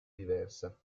diversa